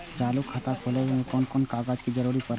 चालु खाता खोलय में कोन कोन कागज के जरूरी परैय?